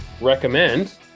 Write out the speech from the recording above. recommend